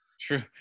True